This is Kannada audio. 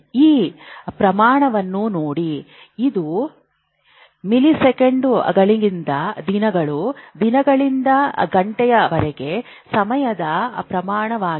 ಈ ಪ್ರಮಾಣವನ್ನು ನೋಡಿ ಇದು ಮಿಲಿಸೆಕೆಂಡುಗಳಿಂದ ದಿನಗಳು ದಿನಗಳಿಂದ ಗಂಟೆಗಳವರೆಗೆ ಸಮಯದ ಪ್ರಮಾಣವಾಗಿದೆ